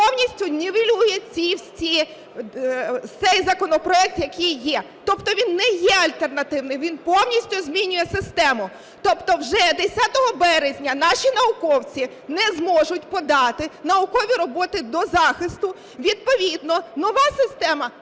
повністю нівелює цей законопроект, який є. Тобто він не є альтернативний, він повністю змінює систему. Тобто вже 10 березня наші науковці не зможуть подати наукові роботи до захисту, відповідно нова система